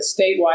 statewide